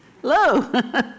Hello